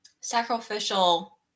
sacrificial